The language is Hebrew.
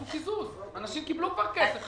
אנשים קיבלו כבר כסף.